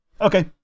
Okay